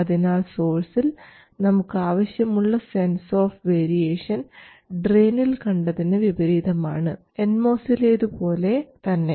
അതിനാൽ സോഴ്സിൽ നമുക്ക് ആവശ്യമുള്ള സെൻസ് ഓഫ് വേരിയേഷൻ ഡ്രയിനിൽ കണ്ടതിന് വിപരീതമാണ് എൻ മോസിലേതു പോലെ തന്നെ